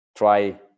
Try